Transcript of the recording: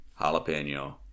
jalapeno